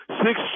six